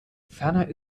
ferner